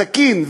סכין,